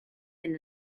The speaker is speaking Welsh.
hyn